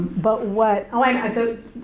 but what, oh, and the,